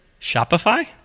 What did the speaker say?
Shopify